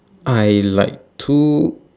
I like to